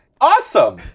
Awesome